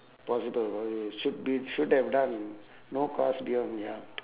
possible possible should be should have done no cars beyond ya